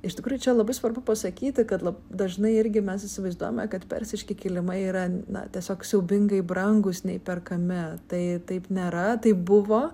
iš tikrųjų čia labai svarbu pasakyti kad labai dažnai irgi mes įsivaizduojame kad persiški kilimai yra na tiesiog siaubingai brangūs neįperkami tai taip nėra taip buvo